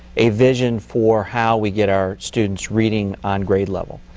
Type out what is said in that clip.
a vision for how we get our students reading on grade level.